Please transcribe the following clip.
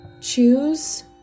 choose